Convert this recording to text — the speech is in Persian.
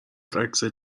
عکسهای